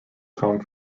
come